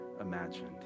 imagined